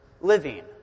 living